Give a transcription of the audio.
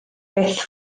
byth